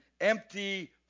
empty